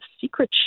secret